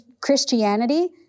Christianity